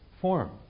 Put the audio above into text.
form